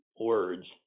words